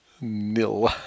Nil